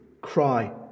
cry